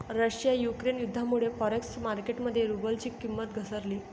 Russia Ukraine युद्धामुळे forex market मध्ये रुबलची किंमत घसरली